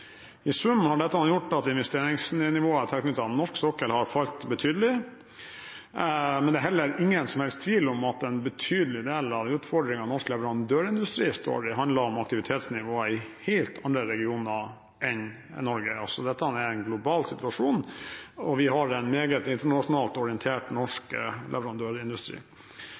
I sum har dette gjort at investeringsnivået tilknyttet norsk sokkel har falt betydelig, men det er heller ingen som helst tvil om at en betydelig del av utfordringen norsk leverandørindustri står i, handler om aktivitetsnivået i helt andre regioner enn Norge. Dette er en global situasjon, og vi har en meget internasjonalt orientert norsk leverandørindustri.